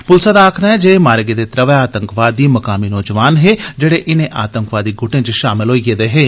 पुलसै दा आक्खना ऐ जे मारे गेदे त्रवै आतंकवादी मकामी नोजवान हे जेहड़े इनें आतंकवादी गुटें च शामल होई गेदे हे